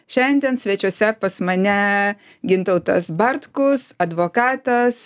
šiandien svečiuose pas mane gintautas bartkus advokatas